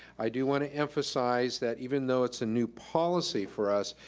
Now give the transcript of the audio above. i do wanna emphasize that even though it's a new policy for us,